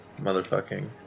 motherfucking